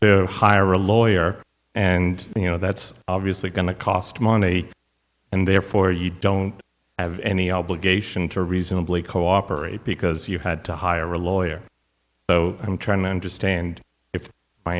their hire a lawyer and you know that's obviously going to cost money and therefore you don't have any obligation to reasonably cooperate because you had to hire a lawyer so i'm trying to understand if my